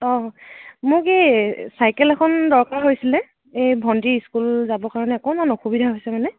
অঁ মোক এই চাইকেল এখন দৰকাৰ হৈছিলে এই ভণ্টীৰ স্কুল যাবৰ কাৰণে অকণমান অসুবিধা হৈছে মানে